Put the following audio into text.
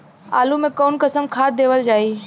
आलू मे कऊन कसमक खाद देवल जाई?